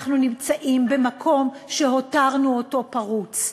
אנחנו נמצאים במקום שהותרנו אותו פרוץ.